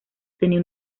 tenía